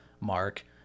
Mark